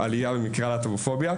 עלייה במקרי הלהט"בופוביה,